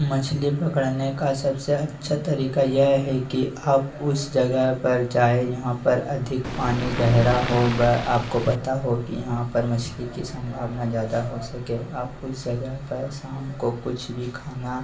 मछली पकड़ने का सबसे अच्छा तरीका यह है कि आप उस जगह पर जाएँ जहाँ पर अधिक पानी गहरा हो आपको पता हो कि यहाँ पर मछली की संभावना ज़्यादा हो सके आपको इस जगह पर शाम को कुछ भी खाना